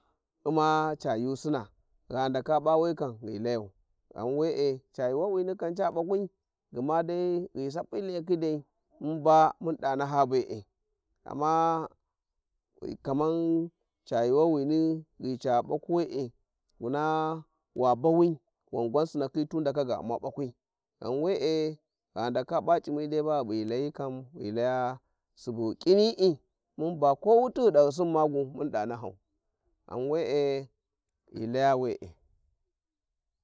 U'ma ca yuusina gha ndaka p`a we kam ghi layau ghan were ca yuuwawini kam ca bakwi gma dai ghi ghu sapaji layakhi dai mun ba mum da naha be`e, ammaw kaman ca yuuwanini ghi ca balwi we`e wuna wa bawi wan gwan sinakhi tu ndaka ga u`ma bakwi ghan we`e gha ndaka p`a c`imi dai baghi p'i ghi layi kam ghi laya subu ghi kiniyi'i mun ba ko wuti ghi dahyisin magu mun da nahau ghan we'e, ghi laya we`e.